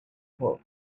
fog